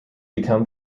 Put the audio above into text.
become